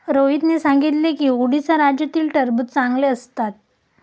रोहितने सांगितले की उडीसा राज्यातील टरबूज चांगले असतात